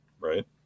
Right